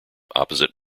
opposite